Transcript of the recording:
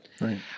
Right